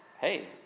hey